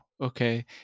okay